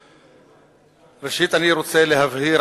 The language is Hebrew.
ראשית אני רוצה להבהיר,